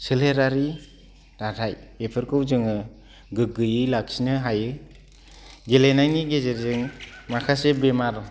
सोलेरारि थाखाय बेफोरखौ जोङो गोगोयै लाखिनो हायो गेलेनायनि गेजेरजों मखासे बेमार